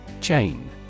Chain